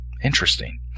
interesting